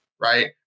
Right